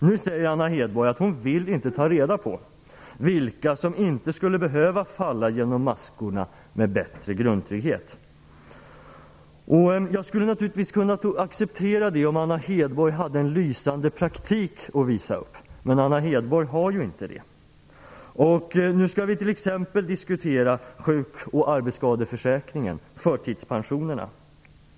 Nu säger Anna Hedborg att hon inte vill ta reda på vilka som med en bättre grundtrygghet inte skulle behöva falla genom maskorna. Jag skulle naturligtvis kunna acceptera det om Anna Hedborg hade en lysande praktik att visa upp, men det har hon inte. Nu skall vi t.ex. diskutera sjuk och arbetsskadeförsäkringen och förtidspensionerna.